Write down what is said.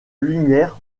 lumière